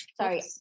Sorry